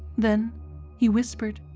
then he whispered,